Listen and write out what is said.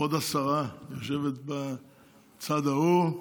כבוד השרה, היושבת בצד ההוא,